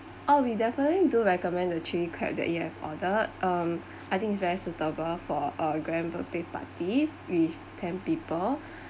oh we definitely do recommend the chilli crab that you have ordered um I think it's very suitable for a grand birthday party with ten people